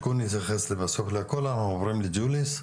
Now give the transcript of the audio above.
אנחנו עוברים לג'וליס.